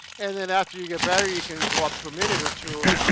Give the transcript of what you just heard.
and then after you get better you can go up to a minute or two.